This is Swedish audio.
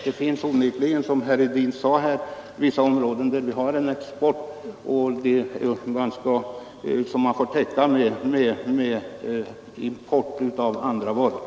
Det finns onekligen, som herr Hedin sade här, vissa områden där vi har en export och det får man liksom täcka med import av andra varor.